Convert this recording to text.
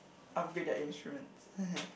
upgrade their insurance